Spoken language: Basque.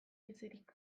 bizirik